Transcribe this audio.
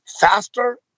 faster